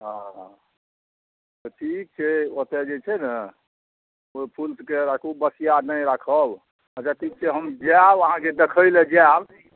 हँ तऽ ठीक छै ओतऽ जे छै ने ओ फूलके राखू बसिआ नहि राखब अच्छा ठीक छै हम जाएब अहाँके देखै लऽ जाएब